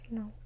no